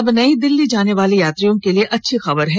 अब नई दिल्ली जाने वाले यात्रियों के लिए एक अच्छी खबर है